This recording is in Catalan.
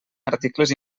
articles